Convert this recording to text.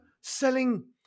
selling